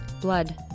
blood